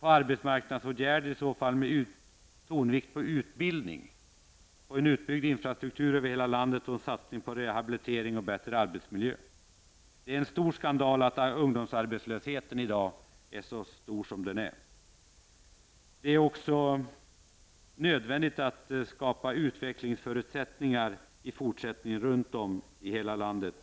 arbetsmarknadsåtgärder med tonvikt på utbildning, utbyggd infrastruktur över hela landet och satsning på rehabilitering och bättre arbetsmiljö. Det är en stor skandal att ungdomsarbetslösheten i dag är så stor som den är. Det är också nödvändigt att i fortsättningen skapa utvecklingsförutsättningar runt om i hela landet.